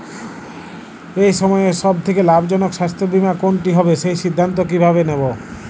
এই সময়ের সব থেকে লাভজনক স্বাস্থ্য বীমা কোনটি হবে সেই সিদ্ধান্ত কীভাবে নেব?